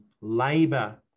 Labor